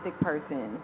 person